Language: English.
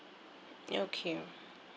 okay